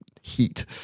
heat